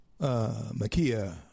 Makia